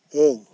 ᱤᱧ